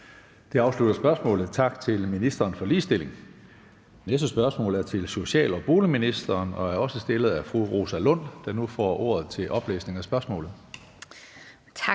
Det afslutter spørgsmålet. Tak til ministeren for ligestilling. Det næste spørgsmål er til social- og boligministeren og er også stillet af fru Rosa Lund, der nu får ordet. Kl. 15:31 Spm.